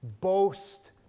Boast